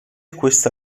questa